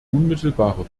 unmittelbare